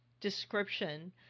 description